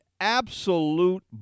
absolute